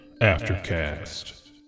Aftercast